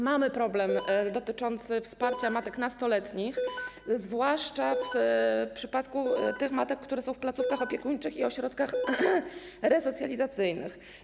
Mamy problem dotyczący wsparcia nastoletnich matek, zwłaszcza w przypadku tych, które są w placówkach opiekuńczych i ośrodkach resocjalizacyjnych.